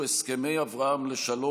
שעה 11:00 תוכן העניינים הסכמי אברהם לשלום: